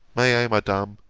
may i, madam,